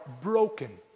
broken